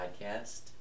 Podcast